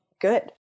good